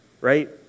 right